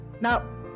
Now